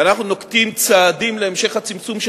ואנחנו נוקטים צעדים להמשך הצמצום של